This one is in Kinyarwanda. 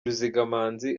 ruzigamanzi